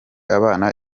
abana